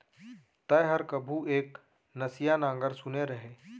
तैंहर कभू एक नसिया नांगर सुने रहें?